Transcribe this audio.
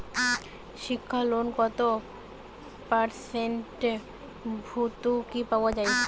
শিক্ষা লোনে কত পার্সেন্ট ভূর্তুকি পাওয়া য়ায়?